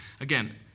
again